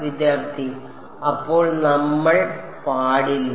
വിദ്യാർത്ഥി അപ്പോൾ നമ്മൾ പാടില്ല